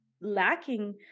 lacking